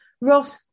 Ross